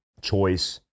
choice